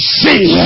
see